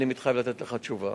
אני מתחייב לתת לך תשובה.